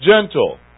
Gentle